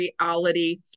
reality